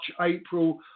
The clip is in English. April